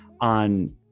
on